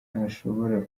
ntashobora